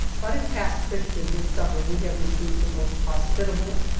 but at pass christian this summer we have received the most hospitable,